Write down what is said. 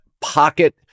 pocket